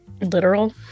Literal